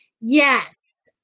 Yes